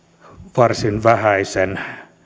varsin vähäisen